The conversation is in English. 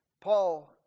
Paul